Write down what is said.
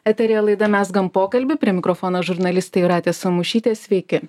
eteryje laida mezgam pokalbį prie mikrofono žurnalistė jūratė samušytė sveiki